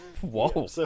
Whoa